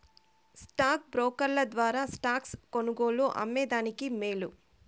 stock బ్రోకర్ల ద్వారా stocks కొనుగోలు, అమ్మే దానికి మేలు